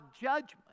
judgment